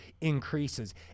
increases